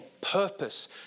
purpose